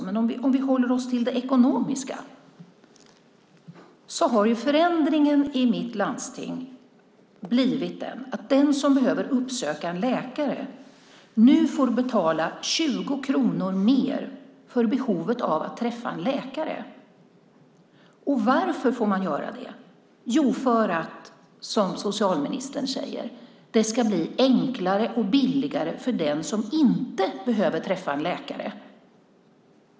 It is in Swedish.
Men om vi håller oss till det ekonomiska har förändringen i mitt landsting blivit den att den som behöver uppsöka en läkare nu får betala 20 kronor mer för detta. Och varför får man göra det? Jo, därför att, som socialministern säger, det ska bli enklare och billigare för den som inte behöver träffa en läkare.